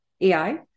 AI